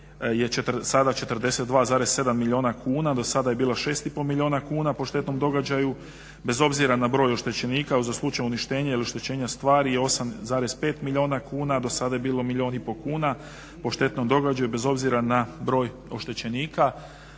je sada 42,7 milijuna kuna, do sada je 6,5 milijuna kuna po štetnom događaju bez obzira na broj oštećenika, a za slučaj uništenja ili oštećenja stvari je 8,5 milijuna kuna, do sada je bilo 1,5 milijuna kuna po štetnom događaju bez obzira na broj oštećenika.